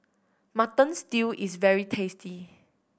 Mutton Stew is very tasty